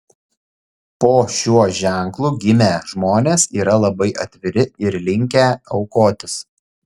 po šiuo ženklu gimę žmonės yra labai atviri ir linkę aukotis